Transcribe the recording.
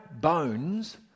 bones